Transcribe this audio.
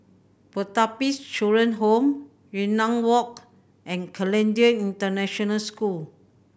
Pertapis Children Home Yunnan Walk and Canadian International School